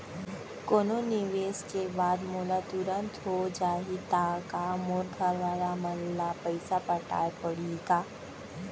कोनो निवेश के बाद मोला तुरंत हो जाही ता का मोर घरवाले मन ला पइसा पटाय पड़ही का?